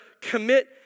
commit